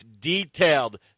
Detailed